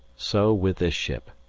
so with this ship.